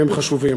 והם חשובים.